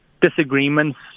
disagreements